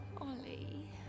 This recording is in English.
Ollie